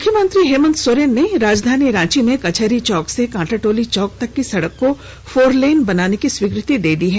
मुख्यमंत्री हेमंत सोरेन ने राजधानी रांची में कचहरी चौक से कांटाटोली चौक तक की सड़क को फोरलेन बनाने की स्वीकृति दे दी है